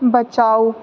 बचाउ